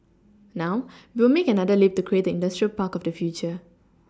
now we will make another leap to create the industrial park of the future